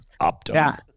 Optum